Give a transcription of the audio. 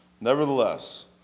Nevertheless